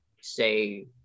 Say